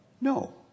No